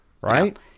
right